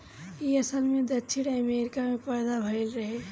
इ असल में दक्षिण अमेरिका में पैदा भइल रहे